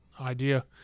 idea